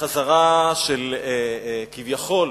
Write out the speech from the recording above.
וחזרה כביכול